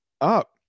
up